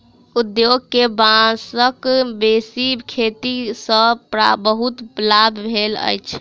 उद्योग के बांसक बेसी खेती सॅ बहुत लाभ भेल अछि